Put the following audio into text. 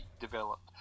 developed